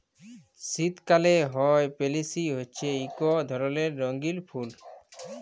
শীতকালে হ্যয় পেলসি হছে ইক ধরলের রঙ্গিল ফুল